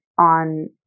on